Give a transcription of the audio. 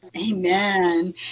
amen